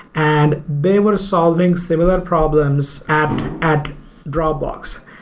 and they were solving similar problems at at dropbox.